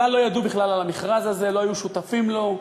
כלל לא ידעו על המכרז הזה, לא היו שותפים לו.